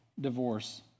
divorce